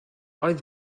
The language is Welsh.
oedd